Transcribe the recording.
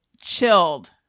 chilled